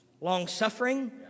long-suffering